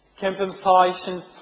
compensation